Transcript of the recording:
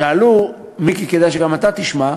שאלו, מיקי, כדאי שגם אתה תשמע,